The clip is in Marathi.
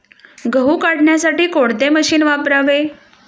गहू काढण्यासाठी कोणते मशीन वापरावे?